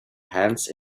hands